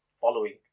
following